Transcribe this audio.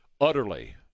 utterly